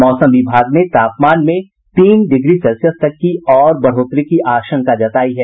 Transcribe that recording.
मौसम विभाग ने तापमान में तीन डिग्री सेल्सियस तक की और बढ़ोतरी की आशंका जतायी है